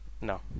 No